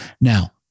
Now